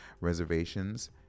reservations